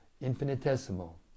infinitesimal